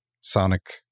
sonic